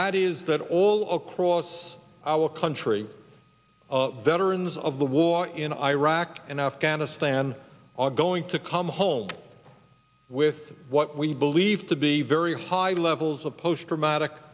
that is that all of a cross our country veterans of the war in iraq and afghanistan are going to come home with what we believe to be very high levels of post traumatic